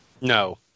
No